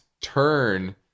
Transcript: turn